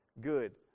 good